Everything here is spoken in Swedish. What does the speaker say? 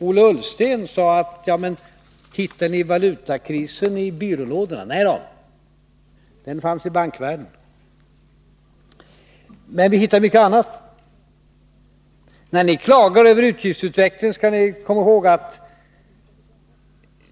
Ola Ullsten frågade: Hittade ni valutakrisen i byrålådorna? Nej då, den fanns i bankvärlden. Men vi hittade mycket annat. När ni klagar över utgiftsutvecklingen skall ni komma ihåg att